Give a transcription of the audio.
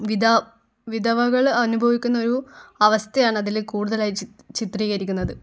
വിധ വിധവകൾ അനുഭവിക്കുന്ന ഒരു അവസ്ഥയാണ് അതില് കൂടുതലായും ചിത്രീകരിക്കുന്നത്